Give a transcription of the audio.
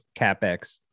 CapEx